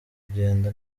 kugenda